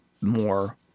more